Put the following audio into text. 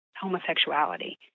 homosexuality